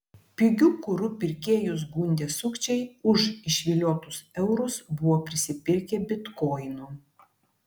pigiu kuru pirkėjus gundę sukčiai už išviliotus eurus buvo prisipirkę bitkoinų